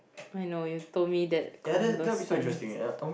I know you told me that countless times